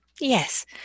Yes